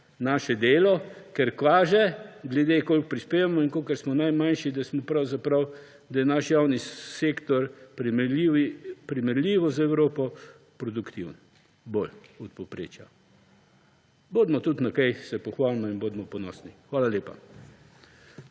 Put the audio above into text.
naše delo, ker kaže, glede na to, koliko prispevamo in kolikor smo najmanjši, da je naš javni sektor primerljiv z Evropo, produktiven bolj od povprečja. Bodimo tudi na kaj ponosni in se pohvalimo. Hvala lepa.